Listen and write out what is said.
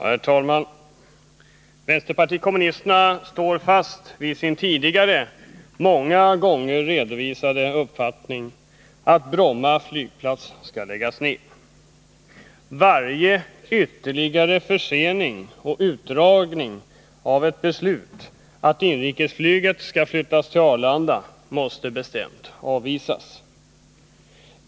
Herr talman! Vänsterpartiet kommunisterna står fast vid sin tidigare, många gånger redovisade, uppfattning att Bromma flygplats skall läggas ned. Varje ytterligare försening eller utdragning av ett beslut om att inrikesflyget skall flyttas till Arlanda måste avvisas.